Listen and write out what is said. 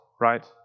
right